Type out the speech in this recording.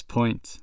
Point